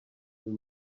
you